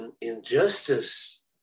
injustice